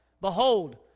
Behold